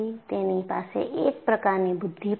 તેની પાસે એક પ્રકારની બુદ્ધિ પણ છે